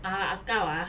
ah ah gao ah